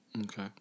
Okay